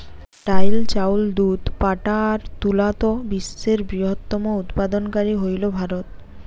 ডাইল, চাউল, দুধ, পাটা আর তুলাত বিশ্বের বৃহত্তম উৎপাদনকারী হইল ভারত